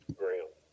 ground